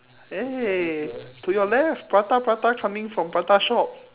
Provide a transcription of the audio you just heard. eh to your left prata prata coming from prata shop